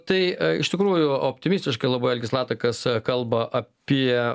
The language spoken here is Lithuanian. tai iš tikrųjų optimistiškai labai algis latakas kalba apie